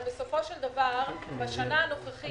הרי בסופו של דבר בשנה הנוכחית